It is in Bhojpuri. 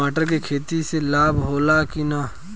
मटर के खेती से लाभ होला कि न?